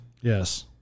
Yes